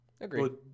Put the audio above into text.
agreed